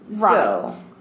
Right